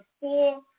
four